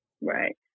Right